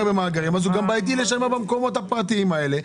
במאגרים אז הוא גם בעייתי להישמר במקומות הפרטיים האלה.